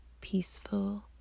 peaceful